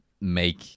make